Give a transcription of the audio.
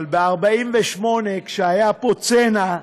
אבל ב-48', כשהיה פה צנע,